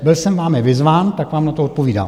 Byl jsem vámi vyzván, tak vám na to odpovídám.